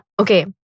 okay